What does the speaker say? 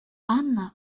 анна